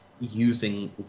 using